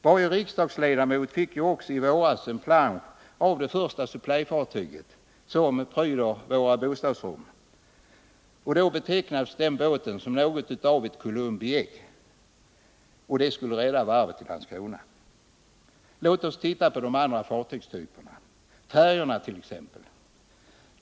Varje riksdagsledamot fick i våras en plansch med det första supplyfartyget, och där betecknades fartyget som något av ett Columbi ägg som skulle rädda varvet i Landskrona. Låt oss titta på de andra fartygstyperna, färjorna t.ex.!